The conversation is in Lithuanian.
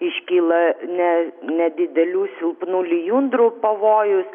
iškyla ne nedidelių silpnų lijundrų pavojus